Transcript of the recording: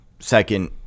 Second